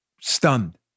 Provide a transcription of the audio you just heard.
Stunned